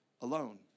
alone